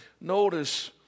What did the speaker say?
notice